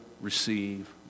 receive